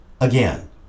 again